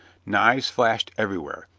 knives flashed everywhere,